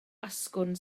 asgwrn